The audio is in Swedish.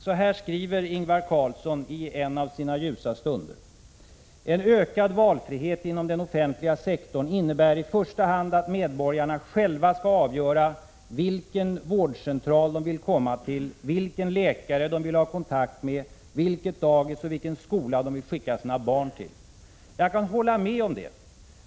Så här skriver Ingvar Carlsson i en av sina ljusa stunder: ”En ökad valfrihet inom den offentliga sektorn innebär i första hand att medborgarna själva skall avgöra vilken vårdcentral de vill komma till, vilken läkare de vill ha kontakt med, vilket dagis och vilken skola de vill skicka sina barn till.” Jag kan hålla med om det.